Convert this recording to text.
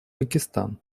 пакистан